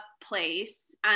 place